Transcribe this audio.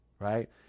right